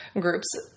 groups